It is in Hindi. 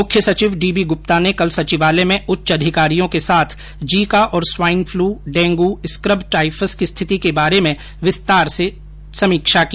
मुख्य सचिव डी बी गुप्ता ने कल सचिवालय में उच्च अधिकारियों के साथ जीका और स्वाइनफ्लू डेंगू स्कबटाइफस की स्थिति के बारे में विस्तार से समीक्षा की